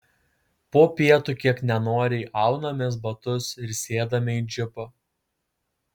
po pietų kiek nenoriai aunamės batus ir sėdame į džipą